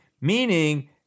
meaning